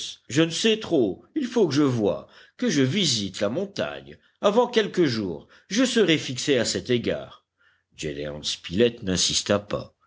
je ne sais trop il faut que je voie que je visite la montagne avant quelques jours je serai fixé à cet égard gédéon spilett n'insista pas